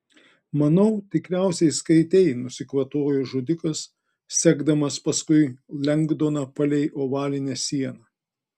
manau tikriausiai skaitei nusikvatojo žudikas sekdamas paskui lengdoną palei ovalinę sieną